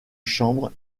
chambre